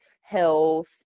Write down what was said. health